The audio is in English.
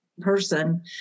person